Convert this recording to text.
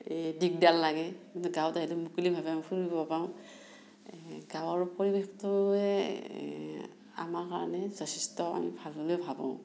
এই দিগদাৰ লাগে কিন্তু গাঁৱত আহিলে মুকলিভাৱে আমি ফুৰিব পাওঁ গাঁৱৰ পৰিৱেশটোৱে আমাৰ কাৰণে যথেষ্ট আমি ভাল বুলি ভাবোঁ